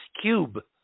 cube